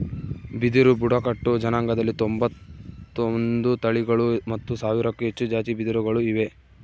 ಬಿದಿರು ಬುಡಕಟ್ಟು ಜನಾಂಗದಲ್ಲಿ ತೊಂಬತ್ತೊಂದು ತಳಿಗಳು ಮತ್ತು ಸಾವಿರಕ್ಕೂ ಹೆಚ್ಚು ಜಾತಿ ಬಿದಿರುಗಳು ಇವೆ